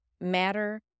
matter